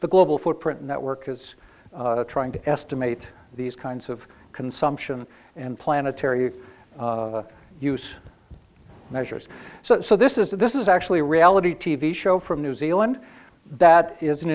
the global footprint network is trying to estimate these kinds of consumption and planetary use measures so this is this is actually a reality t v show from new zealand that is